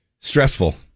Stressful